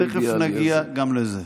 תכף נגיע גם לזה.